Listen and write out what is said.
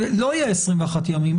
לא יהיה 21 ימים,